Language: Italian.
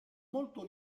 molto